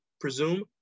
presume